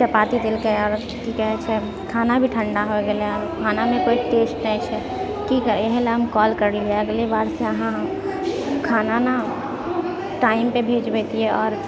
चपाती देलकै आओर कि कहै छै खाना भी ठण्डा हो गेलै खानामे कोइ टेस्ट नहि छै की करि एहिलए हम कौल करलिऐ अगली बारसँ अहाँ खाना ने टाइम पर भेजबै आओर